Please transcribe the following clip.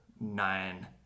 nine